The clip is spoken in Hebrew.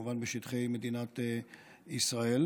כמובן בשטחי מדינת ישראל.